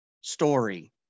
story